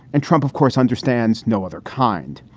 and trump, of course, understands no other kind.